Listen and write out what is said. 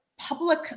public